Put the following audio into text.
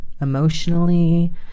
emotionally